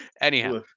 Anyhow